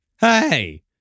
Hey